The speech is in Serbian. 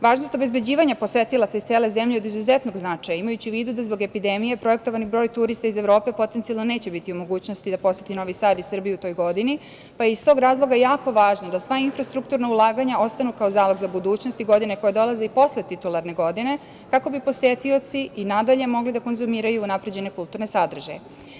Važnost obezbeđivanja posetilaca iz cele zemlje je od izuzetnog značaja, imajući u vidu da zbog epidemije projektovani broj turista iz Evrope potencijalno neće biti u mogućnosti da poseti Novi Sad i Srbiju u toj godini, pa je iz tog razloga jako važno da sva infrastrukturna ulaganja ostanu kao zalog za budućnost i godine koje dolaze i posle titularne godine, kako bi posetioci i nadalje mogli da konzumiraju unapređene kulturne sadržaje.